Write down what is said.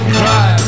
cry